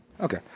Okay